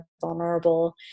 vulnerable